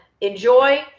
Enjoy